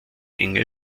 enge